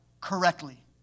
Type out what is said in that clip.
correctly